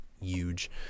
Huge